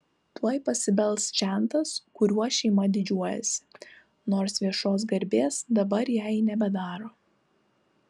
tuoj pasibels žentas kuriuo šeima didžiuojasi nors viešos garbės dabar jai nebedaro